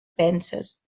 penses